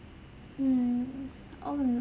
mm oh no